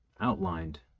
outlined